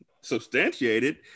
substantiated